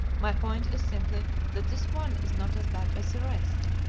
my point is simply that this one is not as bad as the rest.